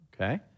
Okay